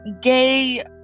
gay